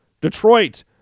Detroit